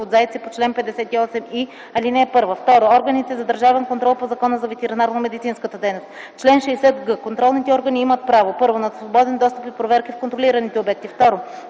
от зайци по чл. 58и, ал. 1; 2. органите за държавен контрол по Закона за ветеринарномедицинската дейност. Чл. 60г. Контролните органи имат право: 1. на свободен достъп и проверки в контролираните обекти; 2.